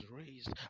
raised